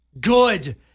good